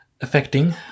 affecting